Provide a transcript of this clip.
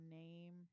name